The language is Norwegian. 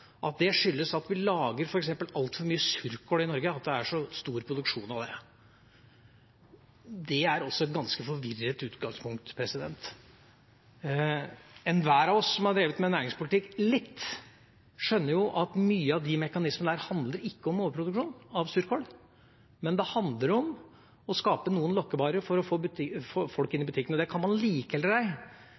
skyldes at vi lager f.eks. altfor mye surkål i Norge, at det er så stor produksjon av det. Det er også et ganske forvirret utgangspunkt. Enhver av oss som har drevet litt med næringspolitikk, skjønner jo at mange av disse mekanismene ikke handler om overproduksjon av surkål, men at det handler om å ha noen lokkevarer for å få folk inn i butikken. Det kan man like eller